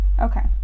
Okay